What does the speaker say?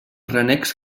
renecs